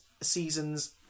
seasons